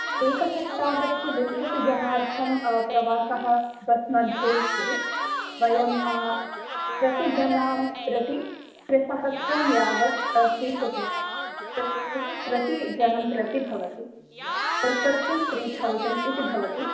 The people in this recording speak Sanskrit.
एकसप्ताहस्य विंशतिजनार्थं प्रवासः बस् मध्ये चेद् वयं प्रतिजनां प्रति त्रिसहस्रं यावद् स्वीकुर्मः एतत् प्रतिजनं प्रति भवति पर् पर्सन् त्रि तौज़ण्ड् इति भवति